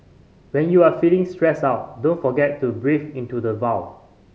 when you are feeling stressed out don't forget to breathe into the void